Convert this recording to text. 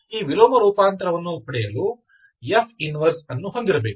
ಈ ವಿಲೋಮ ರೂಪಾಂತರವನ್ನು ಪಡೆಯಲು F 1 ಅನ್ನು ಹೊಂದಿರಬೇಕು